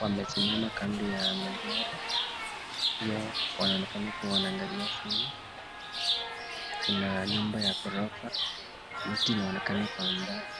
wamesimama kando ya magari pia wanaonekana kuwa wanaangalia simu. Kuna nyumba ya gorofa. Miti inaonekana kwa umbali.